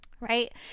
Right